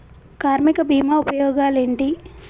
కార్మిక బీమా ఉపయోగాలేంటి?